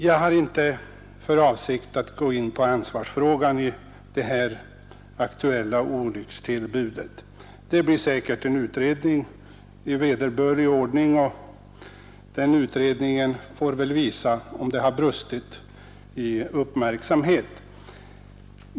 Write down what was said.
Jag har inte för avsikt att gå in på ansvarsfrågan vid detta aktuella olyckstillbud. Det blir säkert en utredning i vederbörlig ordning, och den får väl visa om det brustit i uppmärksamhet.